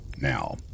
now